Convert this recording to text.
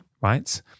Right